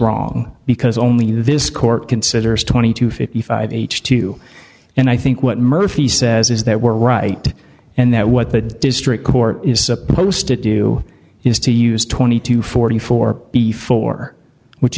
wrong because only this court considers twenty two fifty five h two and i think what murphy says is that we're right and that what the district court is supposed to do is to use twenty to forty four before which